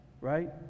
right